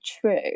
true